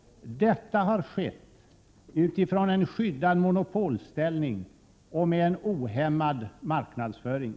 Detta har skett utifrån en skyddad monopolställning och med en ohämmad marknadsföring.